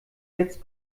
jetzt